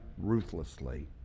ruthlessly